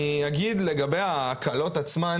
אני אגיד לגבי ההקלות עצמן